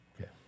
Okay